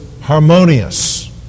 harmonious